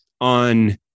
on